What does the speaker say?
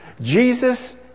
Jesus